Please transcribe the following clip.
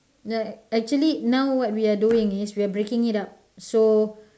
actually now what we are doing is we are breaking it up so